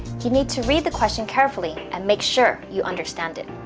you need to read the question carefully and make sure you understand it.